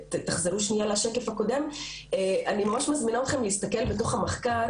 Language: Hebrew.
אני ממש מזמינה אתכם להסתכל בתוך המחקר,